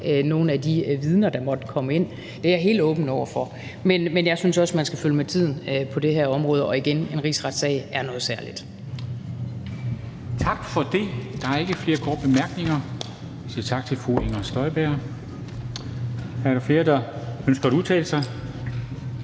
nogle af de vidner, der måtte komme ind. Det er jeg helt åben over for. Men jeg synes også, man skal følge med tiden på det her område. Og igen: En rigsretssag er noget særligt. Kl. 13:21 Formanden (Henrik Dam Kristensen): Tak for det. Der er ikke flere korte bemærkninger, så vi siger tak til fru Inger Støjberg. Er der flere, der ønsker at udtale sig?